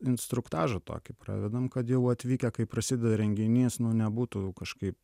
instruktažą tokį pravedam kad jau atvykę kai prasideda renginys nu nebūtų kažkaip